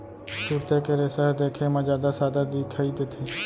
तुरते के रेसा ह देखे म जादा सादा दिखई देथे